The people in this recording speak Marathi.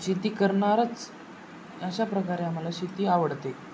शेती करणारच अशा प्रकारे आम्हाला शेती आवडते